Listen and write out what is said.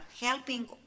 helping